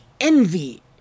envy